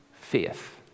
faith